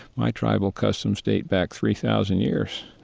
my tribal customs date back three thousand years.